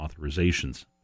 authorizations